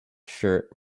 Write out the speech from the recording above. shirt